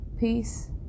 peace